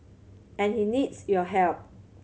and he needs your help